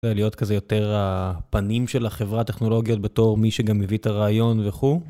ולהיות כזה יותר הפנים של החברה הטכנולוגית בתור מי שגם הביא את הרעיון וכו'.